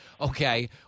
Okay